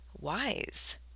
wise